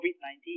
COVID-19